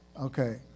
Okay